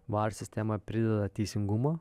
var sistema prideda teisingumo